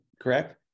Correct